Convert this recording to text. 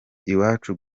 iwacu